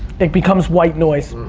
it becomes white noise.